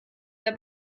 der